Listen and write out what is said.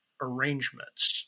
arrangements